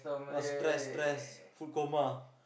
!wah! stress stress food coma